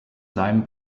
seinem